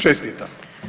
Čestitam.